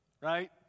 right